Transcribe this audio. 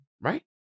right